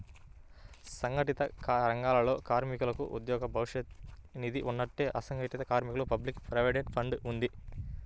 సంఘటిత రంగాలలోని కార్మికులకు ఉద్యోగ భవిష్య నిధి ఉన్నట్టే, అసంఘటిత కార్మికులకు పబ్లిక్ ప్రావిడెంట్ ఫండ్ ఉంది